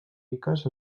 riques